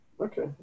Okay